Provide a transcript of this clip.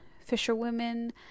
fisherwomen